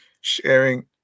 sharing